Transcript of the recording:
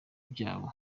byabo